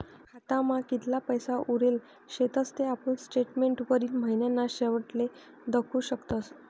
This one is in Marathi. खातामा कितला पैसा उरेल शेतस ते आपुन स्टेटमेंटवरी महिनाना शेवटले दखु शकतस